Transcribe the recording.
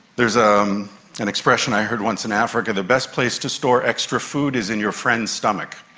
there's ah um an expression i heard once in africa, the best place to store extra food is in your friend's stomach.